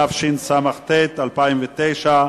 התשס"ט 2009,